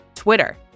Twitter